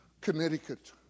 Connecticut